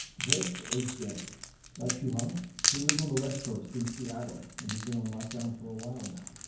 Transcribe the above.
this is dan likes you hung. he lives on the west coast in seattle and has been on lockdown for a while now.